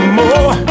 more